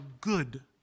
good